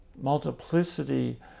multiplicity